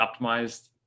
optimized